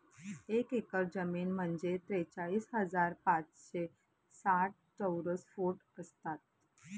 एक एकर जमीन म्हणजे त्रेचाळीस हजार पाचशे साठ चौरस फूट असतात